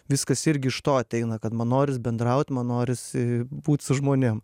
viskas irgi iš to ateina kad man noris bendraut man norisi būti su žmonėm